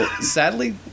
Sadly